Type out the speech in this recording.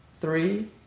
three